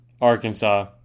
Arkansas